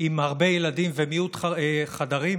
עם הרבה ילדים ומיעוט חדרים?